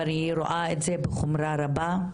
ואני רואה את זה בחומרה רבה,